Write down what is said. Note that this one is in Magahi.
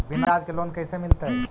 बिना ब्याज के लोन कैसे मिलतै?